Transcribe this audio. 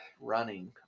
running